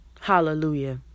Hallelujah